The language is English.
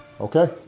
Okay